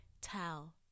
tell